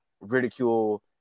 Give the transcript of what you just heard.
ridicule